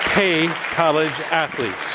pay college athletes?